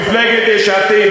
ואתם באתם כנגד מפלגת יש עתיד.